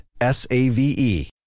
S-A-V-E